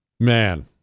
Man